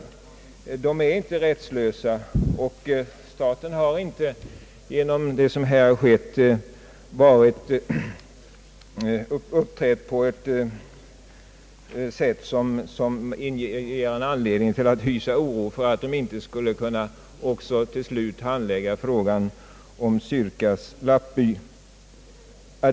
Samerna är inte rättslösa, och staten har inte genom vad som här skett uppträtt på ett sätt, som ger anledning att hysa oro för att man inte skulle kunna också till slut handlägga frågan om Sirkas lappby.